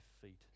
feet